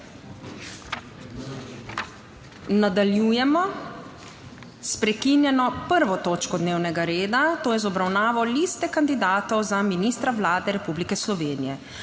Nadaljujemo sprekinjeno 1. točko dnevnega reda, to je z obravnavo liste kandidatov za ministra Vlade Republike Slovenije.